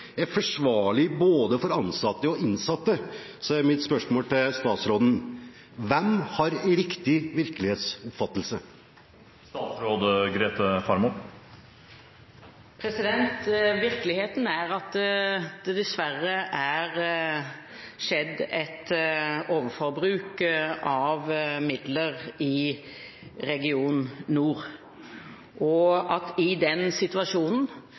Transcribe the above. er forsvarlig både for ansatte og innsatte, er mitt spørsmål til statsråden: Hvem har riktig virkelighetsoppfattelse? Virkeligheten er at det dessverre har skjedd et overforbruk av midler i Region nord, og at det i den situasjonen